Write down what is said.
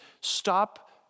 stop